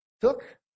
took